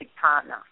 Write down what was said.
partner